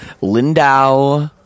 lindau